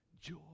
joy